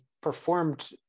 performed